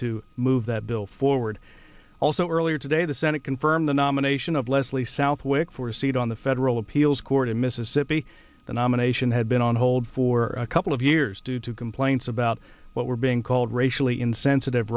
to move that bill forward also earlier today the senate confirmed the nomination of leslie southwick for a seat on the federal appeals court in mississippi the nomination had been on hold for a couple of years due to complaints about what were being called racially insensitive